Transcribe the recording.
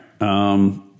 right